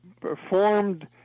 performed